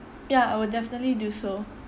ya I will definitely do so